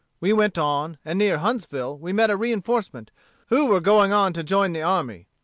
we went on, and near huntsville we met a reinforcement who were going on to join the army.